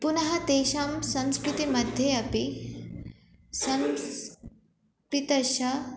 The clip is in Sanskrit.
पुनः तेषां संस्कृतमध्ये अपि संस्कृतश्च